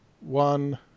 one